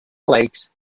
lakes